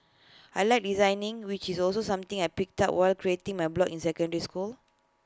I Like designing which is also something I picked up while creating my blog in secondary school